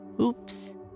Oops